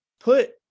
put